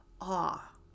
awe